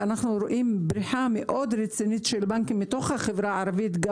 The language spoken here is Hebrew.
אנחנו רואים בריחה מאוד רצינית של בנקים מתוך החברה הערבית.